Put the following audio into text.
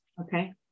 Okay